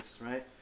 right